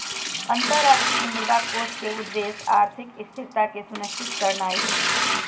अंतरराष्ट्रीय मुद्रा कोष के उद्देश्य आर्थिक स्थिरता के सुनिश्चित करनाइ हइ